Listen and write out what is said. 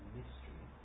mystery